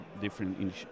different